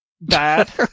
Bad